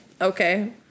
Okay